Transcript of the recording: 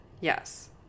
Yes